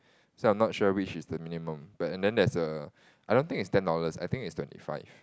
so I'm not sure which is the minimum but and then there's a I don't think it's ten thousands I think it's twenty five